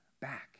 back